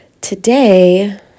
Today